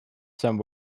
some